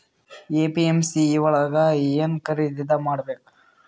APMC ಯೊಳಗ ಏನ್ ಖರೀದಿದ ಮಾಡ್ಬೇಕು?